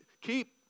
keep